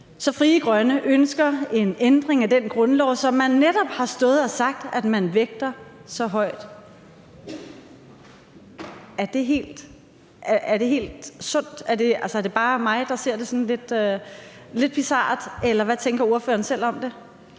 Så Frie Grønne ønsker en ændring af den grundlov, som man netop har stået og sagt at man vægter så højt. Er det helt sundt, altså, er det bare mig, der ser det sådan som lidt bizart? Eller hvad tænker ordføreren selv om det?